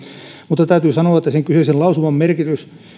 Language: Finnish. mutta täytyy sanoa että sen kyseisen lausuman merkitys